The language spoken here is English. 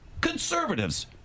conservatives